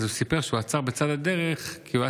הוא סיפר שהוא עצר בצד הדרך כי הוא היה